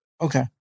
Okay